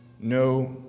no